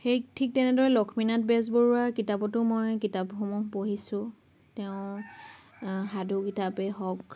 সেই ঠিক তেনেদৰে লক্ষ্মীনাথ বেজবৰুৱাৰ কিতাপতো মই কিতাপসমূহ পঢ়িছোঁ তেওঁৰ সাধু কিতাপেই হওক